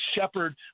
shepherd